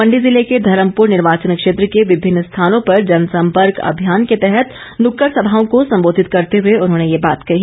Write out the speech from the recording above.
मण्डी जिले के धर्मपुर निर्वाचन क्षेत्र के विभिन्न स्थानों पर जनसंपर्क अभियान के तहत नुक्कड़ सभाओं को सम्बोधित करते हए उन्होंने ये बात कही